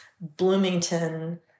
bloomington